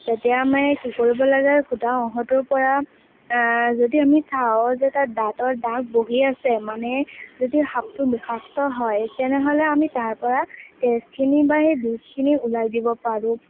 তেতিয়া আমি কি কৰিব লাগে খুটা অংশটোৰ পৰা যদি আমি চাওঁ যে তাত দাঁতৰ দাগ বহি আছে মানে যদি সাপটো বিষাক্ত হয় তেনেহ'লে আমি তাৰ পৰা তেজখিনি বা সেই বিষখিনি ওলাই দিব পাৰোঁ